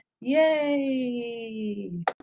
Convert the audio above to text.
Yay